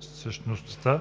същностното